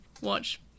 watch